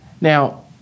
Now